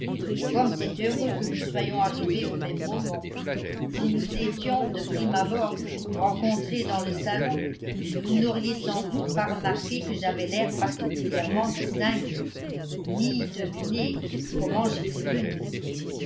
comme c'est heureux que nous soyons arrivés au même moment si nous étions de prime abord rencontrés dans le salon vous n'auriez sans doute pas remarqué que j'avais l'air particulièrement distingué ni deviné comment j'étais venu